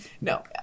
No